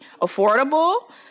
affordable